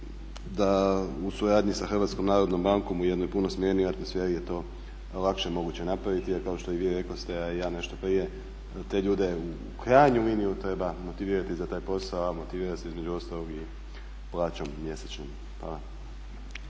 da u suradnji sa Hrvatskom narodnom bankom u jednoj puno smjernijoj atmosferi je to lakše moguće napraviti, jer kao što i vi rekoste, a i ja nešto prije te ljude u krajnjoj liniji treba motivirati za taj posao, a motivira se između ostalog i plaćom mjesečnom.